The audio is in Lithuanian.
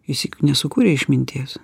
jis juk nesukūrė išminties